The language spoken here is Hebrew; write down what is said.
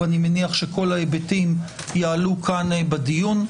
ואני מניח שכל ההיבטים יעלו כאן בדיון.